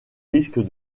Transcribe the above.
risque